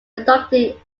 conducting